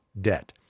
debt